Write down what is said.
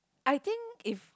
I think if